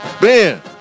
Ben